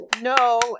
No